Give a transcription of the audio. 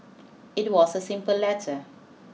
it was a simple letter